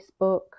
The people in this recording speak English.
facebook